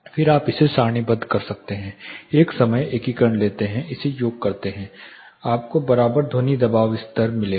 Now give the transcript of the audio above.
फिर आप इसे सारणीबद्ध करते हैं एक समय एकीकरण लेते हैं इसे योग करते हैं आपको बराबर ध्वनि दबाव स्तर मिलेगा